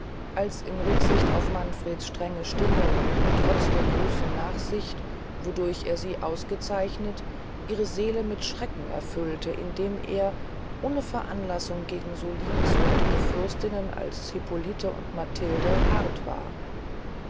als in rücksicht auf manfreds strenge stimmung der trotz der großen nachsicht wodurch er sie auszeichnete ihre seele mit schrecken erfüllte indem er ohne veranlassung gegen so liebenswürdige fürstinnen als hippolite und mathilde hart war